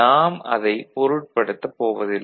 நாம் அதைப் பொருட்படுத்தப் போவதில்லை